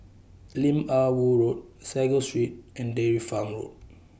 Lim Ah Woo Road Sago Street and Dairy Farm Road